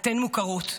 אתן מוכרות.